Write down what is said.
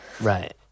right